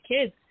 kids